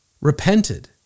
repented